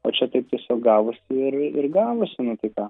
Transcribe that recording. o čia taip tiesiog gavosi ir ir gavosi nu tai ką